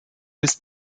bis